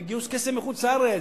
וגיוס כסף מחוץ-לארץ,